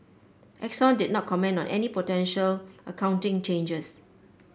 Exxon did not comment on any potential accounting changes